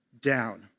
down